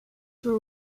were